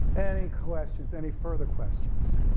any questions, any further questions?